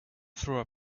through